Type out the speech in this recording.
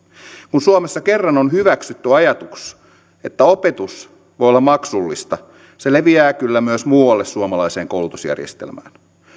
kun suomessa kerran on hyväksytty ajatus että opetus voi olla maksullista se leviää kyllä myös muualle suomalaiseen koulutusjärjestelmään